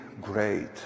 great